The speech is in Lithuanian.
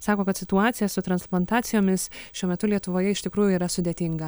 sako kad situacija su transplantacijomis šiuo metu lietuvoje iš tikrųjų yra sudėtinga